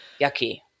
yucky